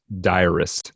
diarist